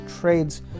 trades